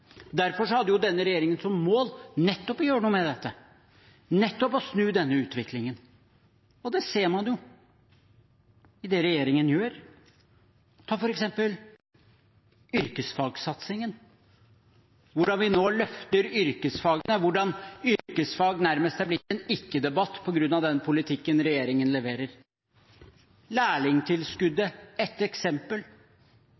Derfor hadde denne regjeringen som mål nettopp å gjøre noe med dette, nettopp å snu denne utviklingen – og det ser man på det regjeringen gjør. Ta f.eks. yrkesfagsatsingen, hvordan vi nå løfter yrkesfagene, og hvordan yrkesfag nærmest er blitt en ikke-debatt på grunn av den politikken regjeringen